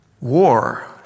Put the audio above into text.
war